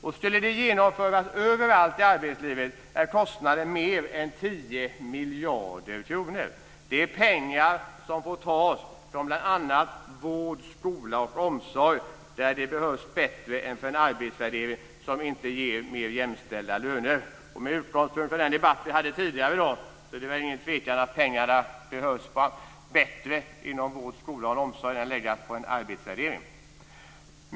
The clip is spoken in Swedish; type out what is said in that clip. Om det skulle genomföras överallt i arbetslivet är kostnaden mer än 10 miljarder kronor. Det är pengar som får tas från bl.a. vård, skola och omsorg där de behövs bättre än för en arbetsvärdering som inte ger mer jämställda löner. Med tanke på den debatt vi hade tidigare i dag är det ingen tvekan om att pengarna behövs bättre inom vård, skola och omsorg i stället för att läggas på en arbetsvärdering.